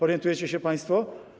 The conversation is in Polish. Orientujecie się państwo?